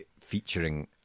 featuring